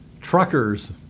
truckers